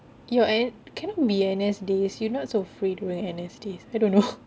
ya eh cannot be N_S days you not so fit during N_S days I don't know